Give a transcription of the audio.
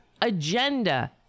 agenda